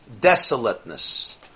desolateness